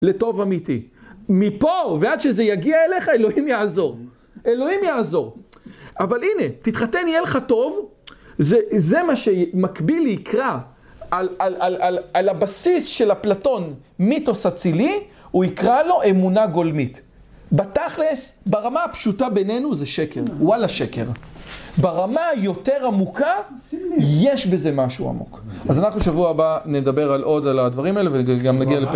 לטוב אמיתי, מפה, ועד שזה יגיע אליך, אלוהים יעזור, אלוהים יעזור. אבל הנה, תתחתן, יהיה לך טוב, זה, זה מה שמקביל ליקרא על הבסיס של אפלטון, מיתוס אצילי, הוא יקרא לו אמונה גולמית. בתכל'ס, ברמה הפשוטה בינינו זה שקר, וואלה שקר. ברמה היותר עמוקה, יש בזה משהו עמוק. אז אנחנו שבוע הבא נדבר על עוד על הדברים האלה וגם נגיע לפ...